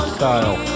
style